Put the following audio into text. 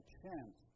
chance